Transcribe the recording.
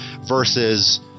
versus